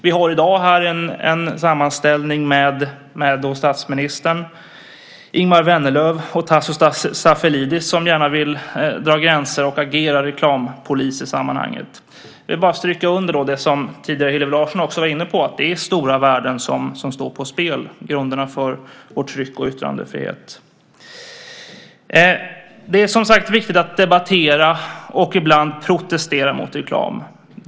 Vi har i dag här en sammansättning med statsministern, Ingemar Vänerlöv och Tasso Stafilidis som gärna vill dra gränser och agera reklampoliser i sammanhanget. Jag vill då bara stryka under det som Hillevi Larsson tidigare också var inne på, att det är stora värden som står på spel, grunderna för vår tryck och yttrandefrihet. Det är som sagt viktigt att debattera och ibland protestera mot reklam.